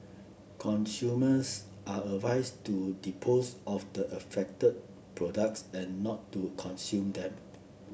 consumers are advised to dispose of the affected products and not to consume them